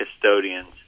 custodians